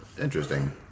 Interesting